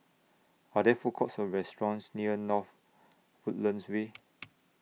Are There Food Courts Or restaurants near North Woodlands Way